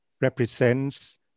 represents